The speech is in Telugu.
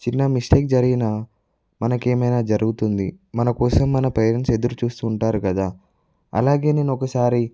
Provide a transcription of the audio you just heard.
చిన్న మిస్టేక్ జరిగిన మనకు ఏమైనా జరుగుతుంది మనకోసం మన పేరెంట్స్ ఎదురు చూస్తూ ఉంటారు కదా అలాగే నేను ఒకసారి